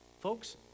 Folks